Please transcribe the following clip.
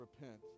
repent